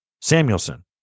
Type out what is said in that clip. Samuelson